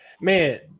man